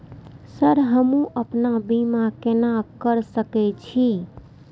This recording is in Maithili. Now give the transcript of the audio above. सर हमू अपना बीमा केना कर सके छी?